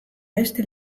beste